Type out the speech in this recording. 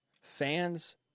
fans